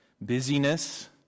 busyness